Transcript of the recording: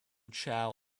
chow